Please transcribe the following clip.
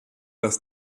dass